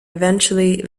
eventually